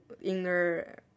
inner